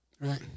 Right